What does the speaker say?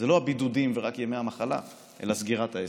זה לא הבידודים ורק ימי המחלה אלא סגירת העסק.